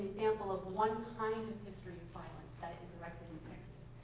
example of one kind history of violence that is erected in texas.